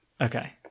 Okay